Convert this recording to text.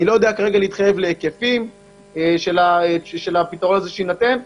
אני לא יודע להתחייב להיקפים של הפתרון הזה שיינתן,